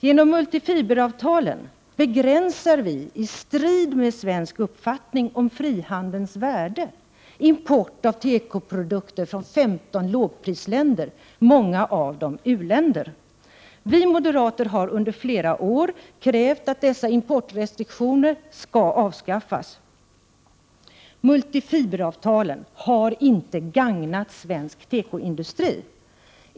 Genom multifiberavtalen begränsar vi i strid med svensk uppfattning om frihandelns värde import av tekoprodukter från 15 lågprisländer, många av dem u-länder. Vi moderater har under flera år krävt att dessa importrestriktioner skall avskaffas. Multifiberavtalen har inte gagnat svensk tekoindustri.